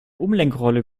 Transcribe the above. umlenkrolle